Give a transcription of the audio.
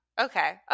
okay